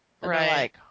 Right